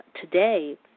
today